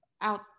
out